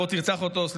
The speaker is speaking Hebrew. כל